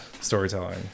Storytelling